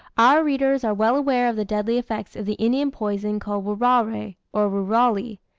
our readers are well aware of the deadly effects of the indian poison called wurare, or woorali,